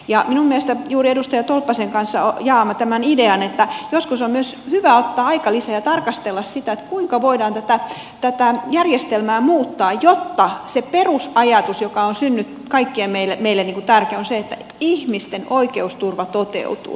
minun mielestäni juuri edustaja tolppasen kanssa jaamme tämän idean että joskus on myös hyvä ottaa aikalisä ja tarkastella sitä kuinka voidaan tätä järjestelmää muuttaa jotta se perusajatus joka on kaikille meille tärkeä se ihmisten oikeusturva toteutuu